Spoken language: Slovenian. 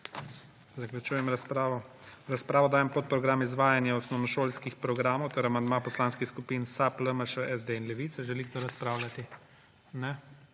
Zaključujem razpravo. V razpravo dajem podprogram Izvajanje osnovnošolskih programov ter amandma poslanskih skupin SAB, LMŠ, SD in Levica. Želi kdo razpravljati? Ne.